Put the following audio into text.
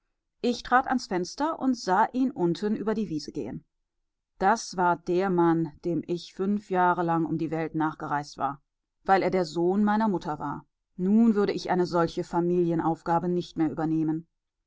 ich trat ans fenster und sah ihn unten über die wiese gehen das war der mann dem ich fünf jahre lang um die ganze welt nachgereist war weil er der sohn meiner mutter war nun würde ich eine solche familienaufgabe nicht mehr übernehmen